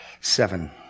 seven